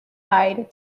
hide